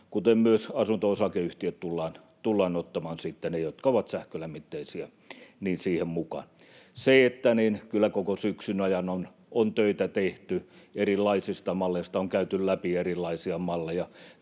Kuten myös asunto-osakeyhtiöt tullaan ottamaan sitten — ne, jotka ovat sähkölämmitteisiä — siihen mukaan. Että kyllä koko syksyn ajan on töitä tehty, on käyty läpi erilaisia malleja.